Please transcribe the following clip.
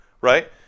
right